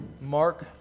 Mark